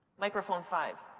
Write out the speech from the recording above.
microphone five.